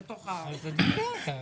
הנתונים.